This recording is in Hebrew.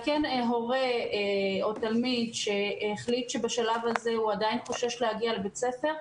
הורה או תלמיד שהחליט שבשלב הזה הוא עדיין חושש להגיע לבית הספר,